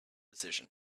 position